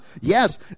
Yes